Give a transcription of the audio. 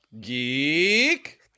Geek